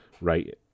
right